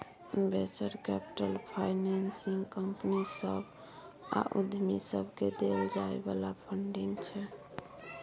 venture capital financing company सभ आ उद्यमी सबकेँ देल जाइ बला फंडिंग छै